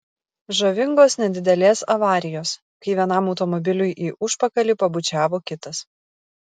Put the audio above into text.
žavingos nedidelės avarijos kai vienam automobiliui į užpakalį pabučiavo kitas